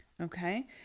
Okay